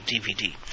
DVD